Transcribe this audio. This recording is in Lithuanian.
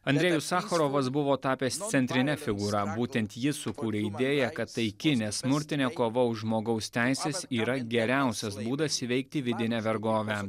andrejus sacharovas buvo tapęs centrine figūra būtent jis sukūrė idėją kad taiki nesmurtinė kova už žmogaus teises yra geriausias būdas įveikti vidinę vergovę